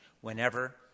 whenever